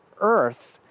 Earth